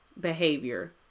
behavior